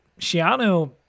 Shiano